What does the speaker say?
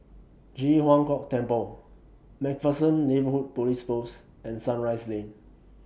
Ji Huang Kok Temple MacPherson Neighbourhood Police Post and Sunrise Lane